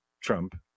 Trump